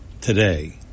today